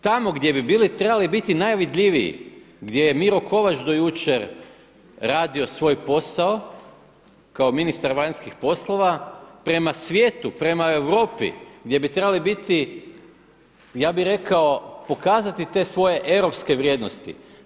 Tamo gdje bi trebali biti najvidljiviji, gdje je Miro Kovač do jučer radio svoj posao kao ministar vanjskih poslova prema svijetu, prema Europi, gdje bi trebali biti ja bih rekao pokazati te svoje europske vrijednosti.